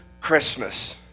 Christmas